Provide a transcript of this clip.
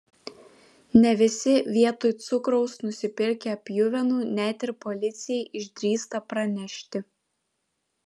ne visi vietoj cukraus nusipirkę pjuvenų net ir policijai išdrįsta pranešti